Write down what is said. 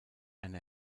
eine